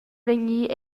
vegnir